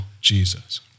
Jesus